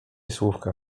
słówka